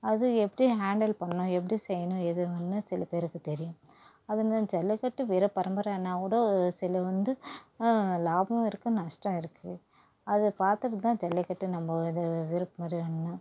அது எப்படி ஹேண்டில் பண்ணணும் எப்படி செய்யணும் ஏதுவன்னு சில பேருக்கு தெரியும் அதுன்னு ஜல்லிக்கட்டு வீர பரம்பரைன்னவோட சில வந்து லாபம் இருக்குது நஷ்டம் இருக்குது அதை பார்த்துட்டு தான் ஜல்லிக்கட்டு நம்ம இது விருப்பம்ன்னு